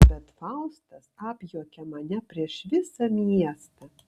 bet faustas apjuokia mane prieš visą miestą